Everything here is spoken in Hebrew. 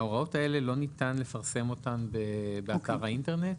ההוראות האלה, לא ניתן לפרסם אותן באתר האינטרנט?